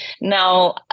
Now